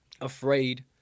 afraid